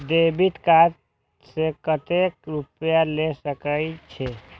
Debit card से कतेक रूपया ले सके छै?